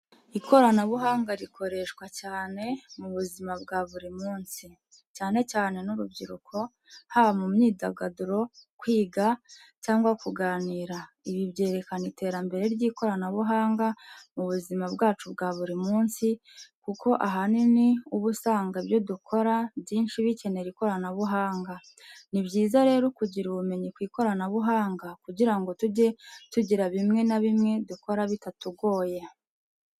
Ikoranabuhanga rikoreshwa cyane mu buzima bwa buri munsi, cyane cyane n'urubyiruko, haba mu myidagaduro, kwiga, cyangwa kuganira, ibi byerekana iterambere ry’ikoranabuhanga mu buzima bwacu bwa buri munsi kuko ahanini uba usanga ibyo dukora byinshi bikenera ikoranabuhanga. Ni byiza rero kugira ubumenyi ku ikoranabuhanga kugirango tujye tugira bimwe na bimwe dukora bitatugoye.